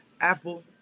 Apple